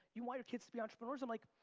you want your kids to be entrepreneurs? i'm like,